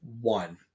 one